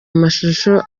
amashusho